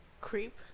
Creep